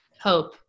hope